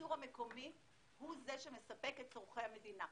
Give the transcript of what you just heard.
הייצור המקומי הוא זה שמספק את צורכי המדינה.